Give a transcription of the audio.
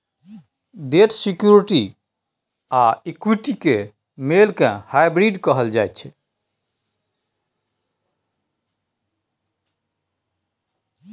date security आ equity केर मेल केँ हाइब्रिड कहल जाइ छै